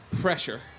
pressure